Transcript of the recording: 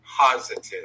positive